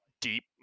deep